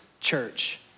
church